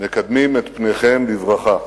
מקדמים את פניכם בברכה.